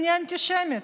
אני אנטישמית.